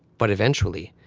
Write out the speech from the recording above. but eventually,